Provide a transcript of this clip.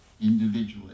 individually